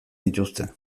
dituzte